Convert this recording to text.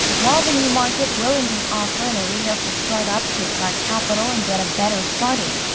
while the new market will indeed offer an arena for startups to attract capital and get a better starting.